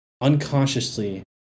unconsciously